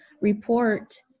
report